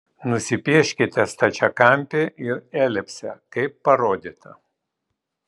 nusipieškite stačiakampį ir elipsę kaip parodyta